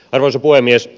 arvoisa puhemies